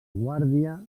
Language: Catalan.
guàrdia